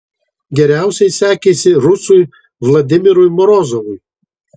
geriausiai sekėsi rusui vladimirui morozovui